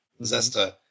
Zesta